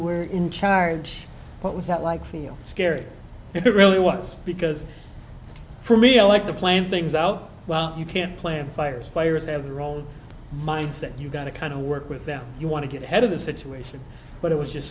were in charge what was that like feel scary it really was because for me i like to plan things out well you can't plan fires players have a role mindset you got to kind of work with them you want to get ahead of the situation but it was just